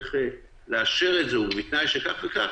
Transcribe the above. איך לאשר את זה ו"בתנאי שכך וכך",